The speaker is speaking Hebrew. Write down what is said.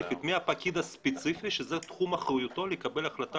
מי הפקיד הספציפי שזה תחום אחריותו לקבל החלטה